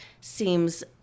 seems